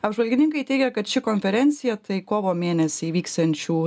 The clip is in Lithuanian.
apžvalgininkai teigia kad ši konferencija tai kovo mėnesį vyksiančių